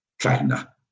China